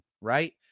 right